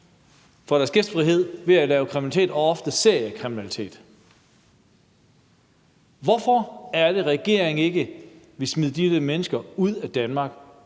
for vores gæstfrihed ved at lave kriminalitet og ofte seriekriminalitet. Hvorfor er det, at regeringen ikke vil smide de mennesker ud af Danmark,